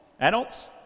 Adults